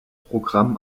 programm